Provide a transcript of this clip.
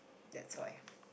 that's why